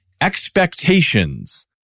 expectations